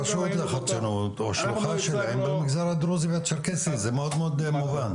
הרשות לחדשנות בשלוחה שלהם במגזר הדרוזי והצ'רקסי זה מאוד מאוד מובן.